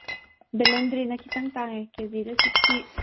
ꯕꯦꯂꯦꯟꯗ꯭ꯔꯤꯅ ꯈꯤꯇꯪ ꯇꯥꯡꯉꯦ ꯀꯦꯖꯤꯗ ꯁꯤꯛꯁꯇꯤ